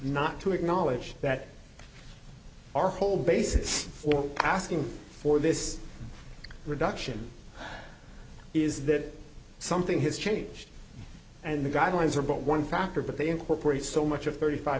not to acknowledge that our whole basis for asking for this reduction is that something has changed and the guidelines are but one factor but they incorporate so much of thirty five